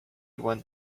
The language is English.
went